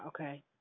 okay